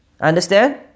Understand